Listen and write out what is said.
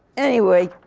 anyway,